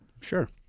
Sure